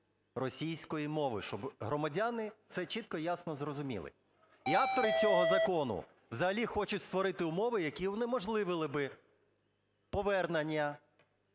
російської мови, щоб громадяни це чітко і ясно зрозуміли. І автори цього закону взагалі хочуть створити умови, які унеможливили би повернення